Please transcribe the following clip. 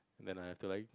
then I have to like